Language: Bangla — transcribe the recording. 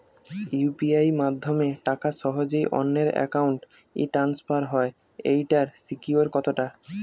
ইউ.পি.আই মাধ্যমে টাকা সহজেই অন্যের অ্যাকাউন্ট ই ট্রান্সফার হয় এইটার সিকিউর কত টা?